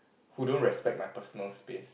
who don't respect my personal space